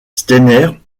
steiner